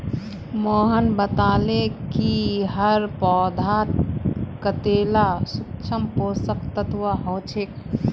मोहन बताले कि हर पौधात कतेला सूक्ष्म पोषक तत्व ह छे